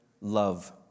love